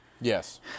Yes